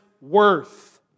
worth